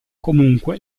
comunque